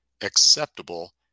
acceptable